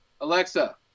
Alexa